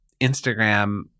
Instagram